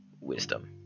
wisdom